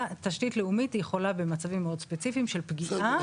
תשתית לאומית יכולה במצבים מאוד ספציפיים של פגיעה לטעון טענות.